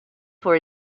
for